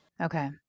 Okay